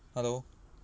hello